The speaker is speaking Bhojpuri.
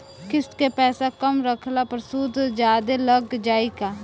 किश्त के पैसा कम रखला पर सूद जादे लाग जायी का?